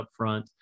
upfront